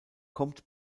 kommt